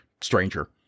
stranger